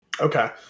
Okay